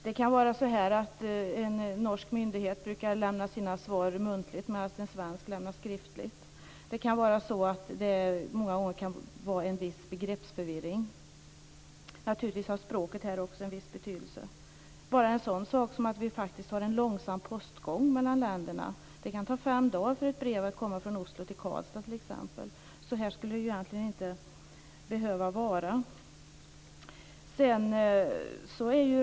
Det kan vara så att en norsk myndighet brukar lämna sina svar muntligt, medan en svensk lämnar dem skriftligt. Det kan många gånger råda en viss begreppsförvirring. Naturligtvis har språket en viss betydelse. Bara en sådan sak att postgången är långsam mellan länderna påverkar. Det kan ta fem dagar för ett brev att komma från Oslo till Karlstad, t.ex. Så här skulle det egentligen inte behöva vara.